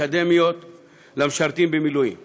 שישה מיליון יהודים,